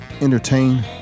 entertain